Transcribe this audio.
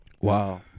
Wow